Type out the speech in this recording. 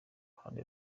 ruhande